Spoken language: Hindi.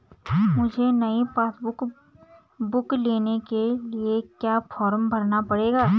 मुझे नयी पासबुक बुक लेने के लिए क्या फार्म भरना पड़ेगा?